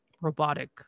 robotic